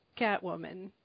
Catwoman